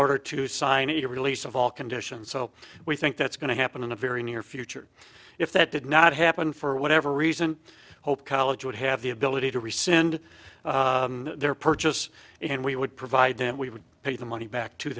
order to sign a release of all conditions so we think that's going to happen in the very near future if that did not happen for whatever reason hope college would have the ability to rescind their purchase and we would provide them we would pay the money back to